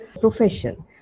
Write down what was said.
profession